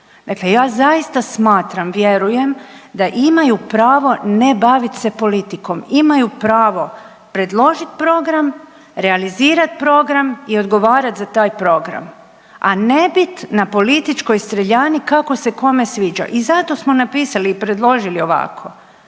Dakle, ja zaista smatram, vjerujem da imaju pravo ne bavit se politikom, imaju pravo predložiti program, realizirat program i odgovarat za taj program, a ne biti na političkoj streljani kako se kome sviđa. I zato smo napisali i predložili ovako